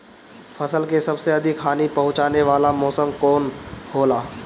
फसल के सबसे अधिक हानि पहुंचाने वाला मौसम कौन हो ला?